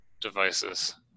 devices